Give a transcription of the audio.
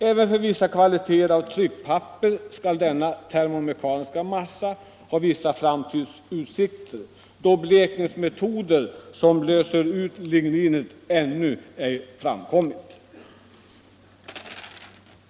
Även för vissa kvaliteter tryckpapper skall denna termomekaniska massa ha vissa framtidsutsikter; blekningsmetoder som löser ut ligninet har ännu ej framkommit.